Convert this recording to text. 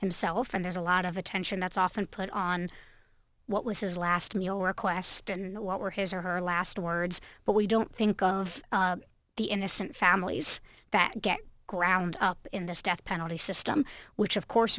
himself and there's a lot of attention that's often put on what was his last meal request and what were his or her last words but we don't think of the innocent families that get ground up in this death penalty system which of course